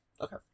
okay